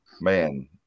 man